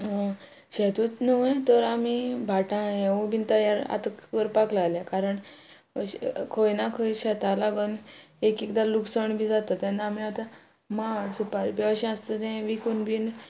शेतूत न्हू तर आमी भाटां हेंवूय बी तयार आतां करपाक लागल्या कारण अशें खंय ना खंय शेतां लागोन एक एकदां लुकसाण बी जाता तेन्ना आमी आतां माड सुपार बी अशें आसता तें विकून बीन